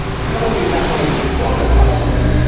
not only is that going to traumatize him,